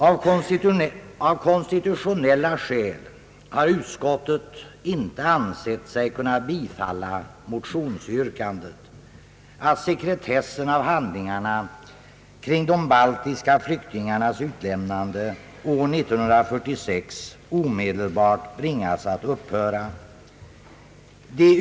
Av konstitutionella skäl har utskottet inte ansett sig kunna bifalla motionsyrkandet, att sekretessen i fråga om handlingarna kring de baltiska flyktingarnas utlämnande år 1946 omedelbart skulle bringas att upphöra.